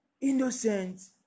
innocent